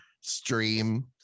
stream